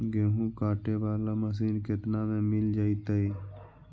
गेहूं काटे बाला मशीन केतना में मिल जइतै?